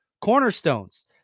Cornerstones